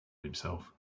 himself